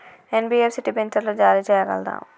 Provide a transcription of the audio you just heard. NBFC డిబెంచర్లు జారీ చేయగలదా?